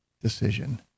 decision